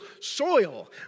soil